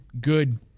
good